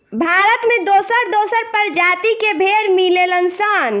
भारत में दोसर दोसर प्रजाति के भेड़ मिलेलन सन